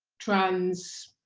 trans,